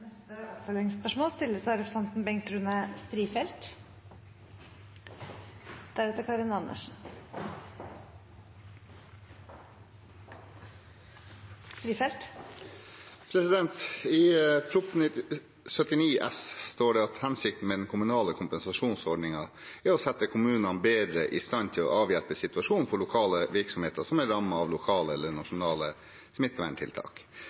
Strifeldt – til oppfølgingsspørsmål. I Prop. 79 S for 2020–2021 står det at hensikten med den kommunale kompensasjonsordningen er å sette kommunene bedre i stand til å avhjelpe situasjonen for lokale virksomheter som er rammet av lokale eller